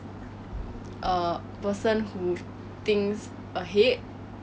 I think that's a really big quality I would